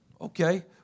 Okay